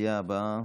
המציעה הבאה,